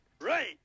Right